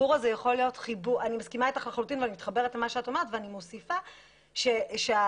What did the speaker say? אני מתחברת למה שאת אומרת ואני מוסיפה שאותו